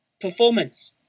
performance